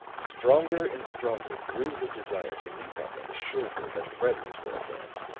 stronger and stronger grew his desire to leap up and assure her that friends were at hand.